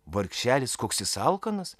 vargšelis koks jis alkanas